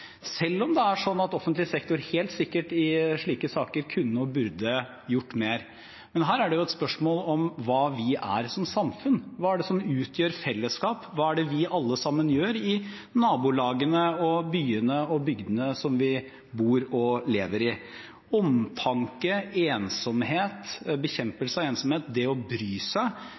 selv om det er slik at offentlig sektor helt sikkert i slike saker kunne og burde gjort mer. Men her er det jo et spørsmål om hva vi er som samfunn. Hva er det som utgjør fellesskap, hva er det vi alle sammen gjør i nabolagene og byene og bygdene som vi bor og lever i? Omtanke, bekjempelse av ensomhet, det å bry seg,